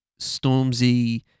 Stormzy